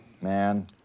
man